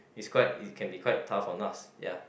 it's quite it can be quite tough on us ya